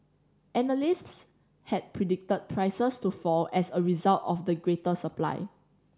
analysts had predicted prices to fall as a result of the greater supply